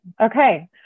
Okay